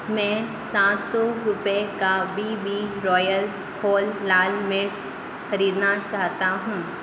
मैं सात सौ रुपए का बी बी रॉयल होल लाल मिर्च खरीदना चाहता हूँ